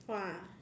!wah!